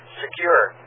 secure